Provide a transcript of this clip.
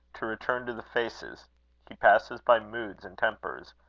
to return to the faces he passes by moods and tempers,